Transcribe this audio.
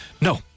No